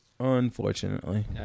unfortunately